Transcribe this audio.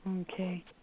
Okay